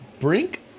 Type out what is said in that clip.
Brink